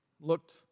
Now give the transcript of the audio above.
looked